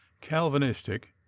calvinistic